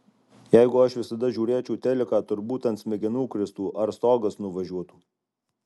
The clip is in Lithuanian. jeigu aš visada žiūrėčiau teliką turbūt ant smegenų kristų ar stogas nuvažiuotų